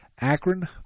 Akron